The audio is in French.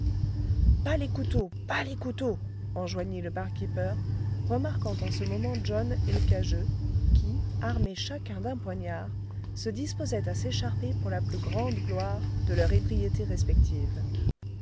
bas les couteaux bas les couteaux enjoignit le bar keeper remarquant en ce moment john et l'cageux qui armés chacun d'un poignard se disposaient à s'écharper pour la plus grande gloire de leur ébriété respective